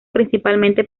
principalmente